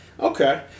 Okay